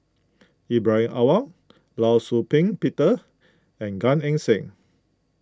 Ibrahim Awang Law Shau Ping Peter and Gan Eng Seng